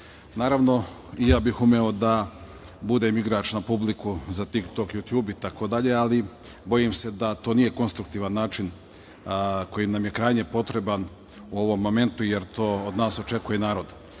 i ja bih umeo da budem igrač na publiku za Tik tok, Jutjub, i tako dalje, ali bojim se da to nije konstruktivan način koji nam je krajnje potreban u ovom momentu, jer to od nas očekuje narod. Želim